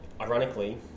ironically